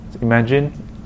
imagine